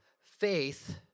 faith